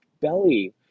belly